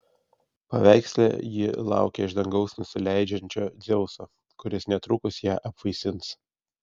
paveiksle ji laukia iš dangaus nusileidžiančio dzeuso kuris netrukus ją apvaisins